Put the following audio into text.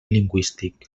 lingüístic